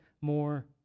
more